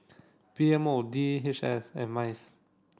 P M O D H S and MICE